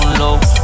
low